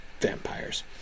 vampires